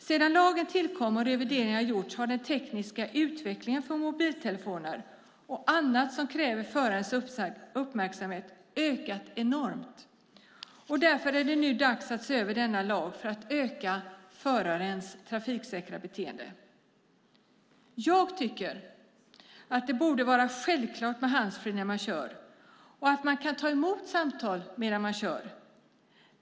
Sedan lagen tillkom och revideringar gjorts har den tekniska utvecklingen för mobiltelefoner och annat som kräver förarens uppmärksamhet gått framåt enormt, och därför är det nu dags att se över denna lag för att öka förarens trafiksäkra beteende. Jag tycker att det borde vara självklart med handsfree när man kör och att man kan ta emot samtal medan man kör.